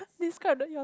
describe the your